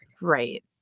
Right